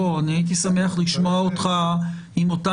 אני הייתי שמח לשמוע אותך עם אותה